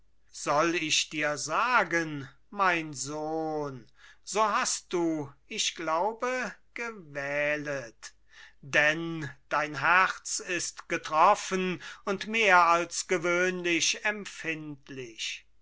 soll ich dir sagen mein sohn so hast du ich glaube gewählet denn dein herz ist getroffen und mehr als gewöhnlich empfindlich